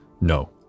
no